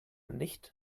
nicht